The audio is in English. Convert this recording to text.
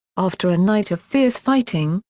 after a night of fierce fighting,